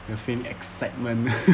you're feeling excitement